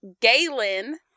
galen